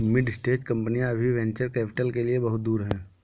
mid stage कंपनियां अभी venture capital के लिए बहुत दूर हैं